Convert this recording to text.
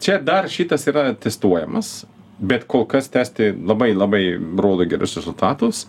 čia dar šitas yra testuojamas bet kol kas testai labai labai rodo gerus rezultatus